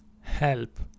help